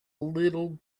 little